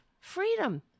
freedom